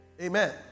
Amen